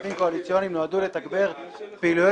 כספים קואליציוניים נועדו לתגבר פעילויות